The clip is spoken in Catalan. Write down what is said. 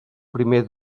primer